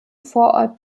vorort